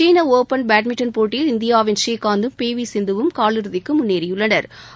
சீன open badminton போட்டியில் இந்தியாவின் ஸ்ரீகாந்தும் பி வி சிந்துவும் கால் இறதிக்கு முன்னேறியுள்ளனா்